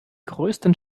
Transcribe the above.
größten